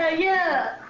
ah yeah!